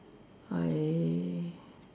I